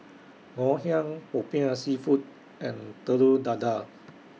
Ngoh Hiang Popiah Seafood and Telur Dadah